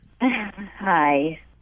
Hi